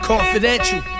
Confidential